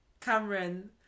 cameron